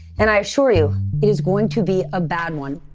and i assure you, it is going to be a bad one.